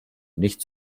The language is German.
nicht